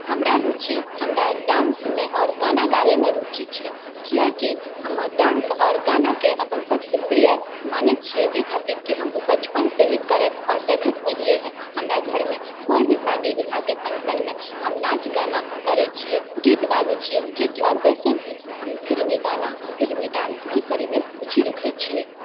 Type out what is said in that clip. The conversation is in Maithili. हमरा रूचि हमरा डांसमे आओर गाना गाबैमे रूचि छै किआकि हमर डांस आओर गानाके अपन सबसँ प्रिय मानै छियै ई खातिर की हम बचपन से ही करैत आओर देखैत एलिऐ हँ हमरा घरमे कोइ भी शादी विवाहके फंक्शनमे हम नाँच गाना करै छिऐ गीत गाबै छिऐ जेकि आओर वैसे भी हम फिल्मी गाना फिल्मी डांस भी करैमे रूचि रखै छिऐ